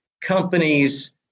companies